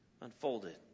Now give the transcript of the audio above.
unfolded